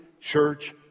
church